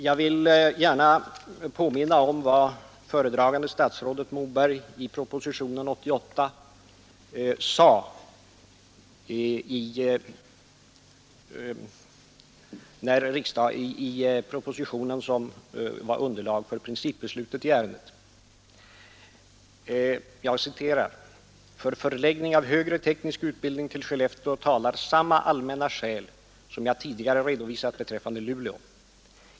Jag vill gärna påminna om vad föredragande statsrådet Moberg sade i propositionen 88, som utgjorde underlag för principbeslutet i ärendet: ”För förläggning av högre teknisk utbildning till Skellefteå talar samma allmänna skäl som jag tidigare redovisat beträffande Luleå.